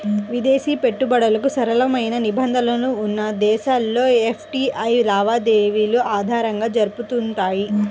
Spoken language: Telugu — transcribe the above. విదేశీ పెట్టుబడులకు సరళమైన నిబంధనలు ఉన్న దేశాల్లో ఎఫ్డీఐ లావాదేవీలు అధికంగా జరుగుతుంటాయి